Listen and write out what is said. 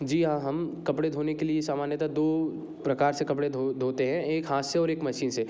जी हाँ हम कपड़े धोने के लिए सामान्यतः दो प्रकार से कपड़े धो धोते हैं एक हाथ से और एक मशीन से